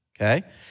Okay